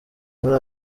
muri